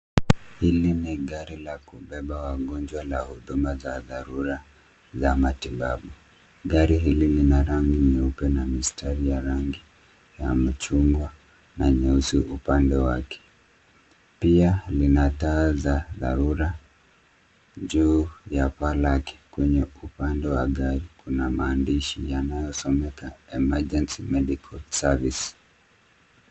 Hili ni gari la kubeba wagonjwa la huduma za dharura za matibabu. Gari hili lina rangi nyeupe na mistari ya rangi ya mchungwa na nyeusi upande wake. Pia lina taa za dharura juu ya paa lake, kwenye upande wa gari kuna maandishi yanayosomeka ,"Emergency Medical Service."